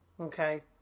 Okay